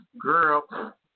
girl